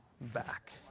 back